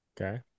okay